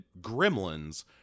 Gremlins